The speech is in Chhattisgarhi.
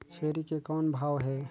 छेरी के कौन भाव हे?